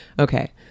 okay